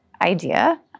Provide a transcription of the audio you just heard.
idea